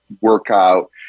workout